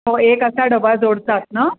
हो एक असा डबा जोडतात ना